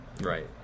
Right